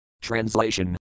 Translation